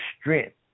strength